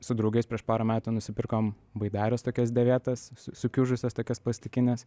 su draugais prieš porą metų nusipirkom baidares tokias dėvėtas su sukiužusias tokias pasitikines